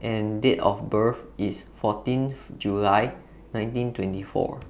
and Date of birth IS fourteenth January nineteen twenty four